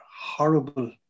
horrible